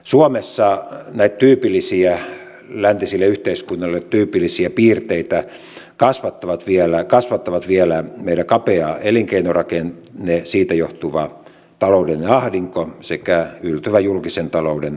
suomessa näitä läntisille yhteiskunnille tyypillisiä piirteitä kasvattavat vielä meidän kapea elinkeinorakenteemme siitä johtuva taloudellinen ahdinko sekä yltyvä julkisen talouden kestävyysvaje